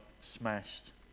smashed